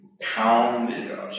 pounded